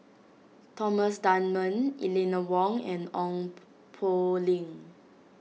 Thomas Dunman Eleanor Wong and Ong Poh Lim